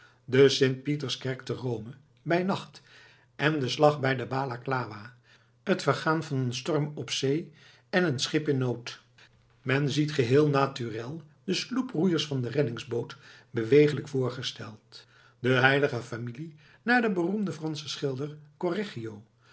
de st pieterskerk te rome bij nacht en de slag bij de balaklawa het vergaan van een storm op zee en een schip in nood men ziet geheel naturel de sloeproeiers van de reddingsboot bewegelijk voorgesteld de heilige familie naar den beroemden franschen schilder